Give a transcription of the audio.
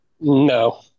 No